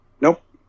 Nope